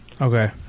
okay